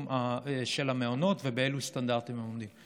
של המעונות ובאילו סטנדרטים הם עומדים.